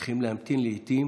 צריכים להמתין לעיתים